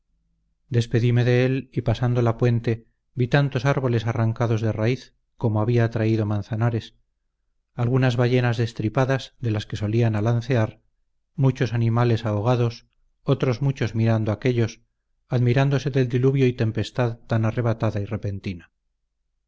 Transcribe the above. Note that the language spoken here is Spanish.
despedime de él y pasando la puente vi tantos árboles arrancados de raíz como había traído manzanares algunas ballenas destripadas de las que solían alancear muchos animales ahogados otros muchos mirando aquellos admirándose del diluvio y tempestad tan arrebatada y repentina